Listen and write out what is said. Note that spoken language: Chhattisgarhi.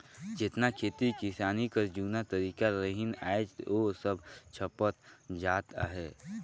जेतना खेती किसानी कर जूना तरीका रहिन आएज ओ सब छपत जात अहे